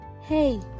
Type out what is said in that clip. hey